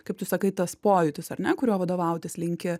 kaip tu sakai tas pojūtis ar ne kuriuo vadovautis linki